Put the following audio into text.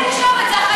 למה הצגה לתקשורת?